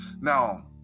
Now